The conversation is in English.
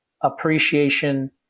appreciation